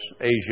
Asia